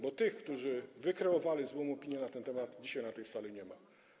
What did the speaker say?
Bo tych, którzy wykreowali złą opinię na ten temat, dzisiaj na tej sali nie ma.